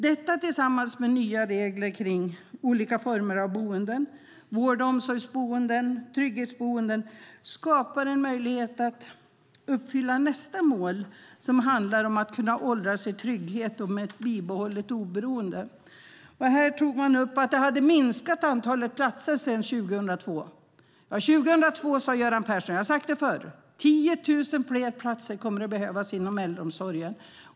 Detta tillsammans med nya regler om olika former av boenden - vård och omsorgsboenden och trygghetsboenden - skapar en möjlighet att uppfylla nästa mål som handlar om att kunna åldras i trygghet med bibehållet oberoende. Det nämndes tidigare i debatten att antalet platser sedan 2002 hade minskat. År 2002 sade Göran Persson: Jag har sagt det förr, 10 000 fler platser kommer att behövas inom äldreomsorgen.